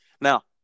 Now